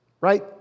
right